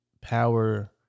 power